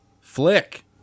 flick